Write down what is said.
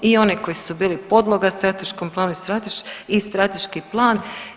I one koji su bili podloga strateškom planu i strateški plan.